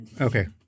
Okay